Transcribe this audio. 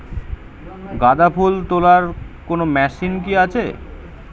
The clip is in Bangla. গাঁদাফুল তোলার কোন মেশিন কি আছে?